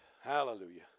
hallelujah